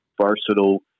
versatile